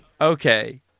Okay